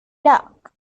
dark